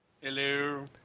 Hello